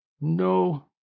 No